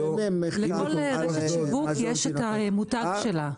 לכל רשת שיווק יש את המותג שלה.